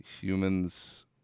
humans